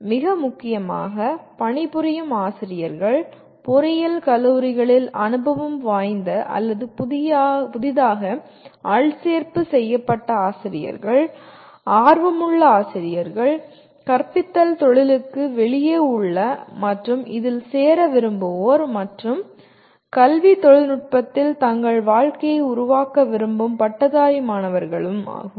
மிக முக்கியமாக பணிபுரியும் ஆசிரியர்கள் பொறியியல் கல்லூரிகளில் அனுபவம் வாய்ந்த அல்லது புதிதாக ஆட்சேர்ப்பு செய்யப்பட்ட ஆசிரியர்கள் ஆர்வமுள்ள ஆசிரியர்கள் கற்பித்தல் தொழிலுக்கு வெளியே உள்ள மற்றும் இதில் சேர விரும்புவோர் மற்றும் கல்வி தொழில்நுட்பத்தில் தங்கள் வாழ்க்கையை உருவாக்க விரும்பும் பட்டதாரி மாணவர்களும்